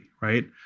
right